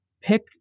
Pick